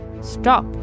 Stop